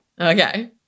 Okay